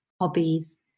hobbies